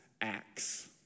acts